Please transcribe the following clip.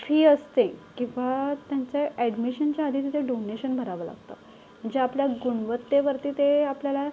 fee असते किंवा त्यांचं ॲडमिशनच्या आधी तिथे डोनेशन भरावं लागतं जे आपल्या गुणवत्तेवर ते ते आपल्याला